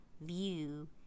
view